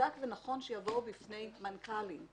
שמוצדק ונכון שיבואו בפני מנכ"לים.